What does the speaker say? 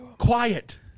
quiet